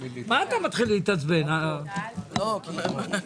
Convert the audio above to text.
הישיבה ננעלה בשעה 11:46.